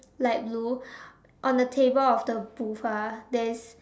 light blue on the table of the booth ah there is